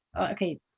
okay